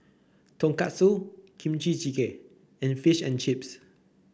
Tonkatsu Kimchi Jigae and Fish and Chips